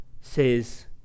says